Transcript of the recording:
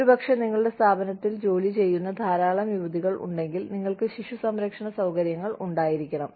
ഒരുപക്ഷേ നിങ്ങളുടെ സ്ഥാപനത്തിൽ ജോലി ചെയ്യുന്ന ധാരാളം യുവതികൾ ഉണ്ടെങ്കിൽ നിങ്ങൾക്ക് ശിശു സംരക്ഷണ സൌകര്യങ്ങൾ ഉണ്ടായിരിക്കണം